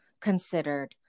considered